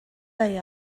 they